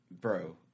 Bro